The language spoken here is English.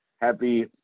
Happy